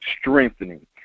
strengthening